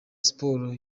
siporo